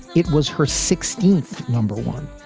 it was her sixteenth number one,